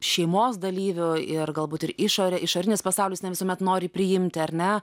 šeimos dalyvių ir galbūt ir išorė išorinis pasaulis ne visuomet nori priimti ar ne